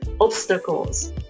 obstacles